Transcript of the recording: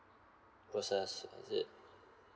process is it